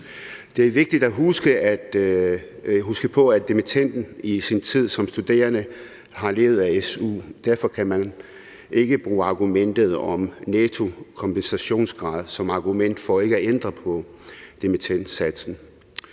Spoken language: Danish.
Det er vigtigt at huske på, at dimittenden i sin tid som studerende har levet af su, og derfor kan man ikke bruge argumentet om netto kompensationsgrad som argument for ikke at ændre på dimittendsatsen.